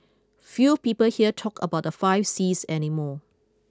few people here talk about the five sees any more